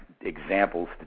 Examples